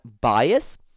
bias